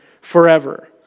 forever